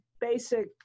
basic